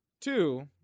two